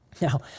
Now